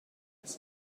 his